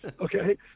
Okay